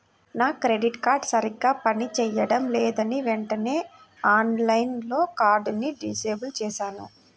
నా credit card సరిగ్గా పని చేయడం లేదని వెంటనే ఆన్లైన్లో కార్డుని డిజేబుల్ చేశాను